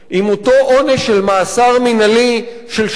עם אותו עונש של מאסר מינהלי של שלוש